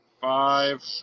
Five